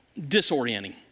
disorienting